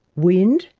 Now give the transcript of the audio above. wind,